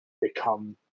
become